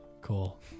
Cool